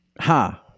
ha